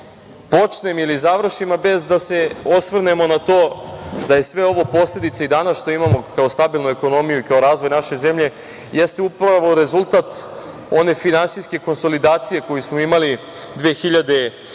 počnem ili završim, a bez da se osvrnemo na to da je sve ovo posledica, i danas što imamo kao stabilnu ekonomiju i kao razvoj naše zemlje, jeste upravo rezultat one finansijske konsolidacije koju smo imali 2014.